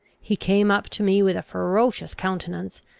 he came up to me with a ferocious countenance,